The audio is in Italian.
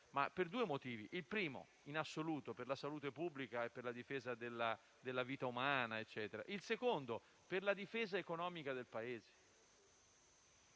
no per due motivi: anzitutto, in assoluto, per la salute pubblica e per la difesa della vita umana e, in secondo luogo, per la difesa economica del Paese.